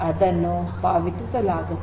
ಅದನ್ನು ಪಾವತಿಸಲಾಗುತ್ತದೆ